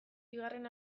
bigarren